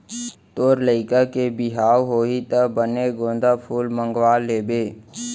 तोर लइका के बिहाव होही त बने गोंदा फूल मंगवा लेबे